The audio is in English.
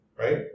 right